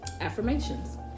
Affirmations